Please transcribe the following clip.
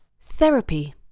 Therapy